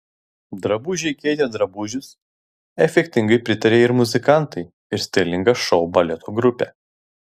drabužiai keitė drabužius efektingai pritarė ir muzikantai ir stilinga šou baleto grupė